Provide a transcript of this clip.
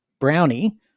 Brownie